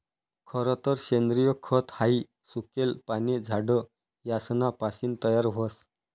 खरतर सेंद्रिय खत हाई सुकेल पाने, झाड यासना पासीन तयार व्हस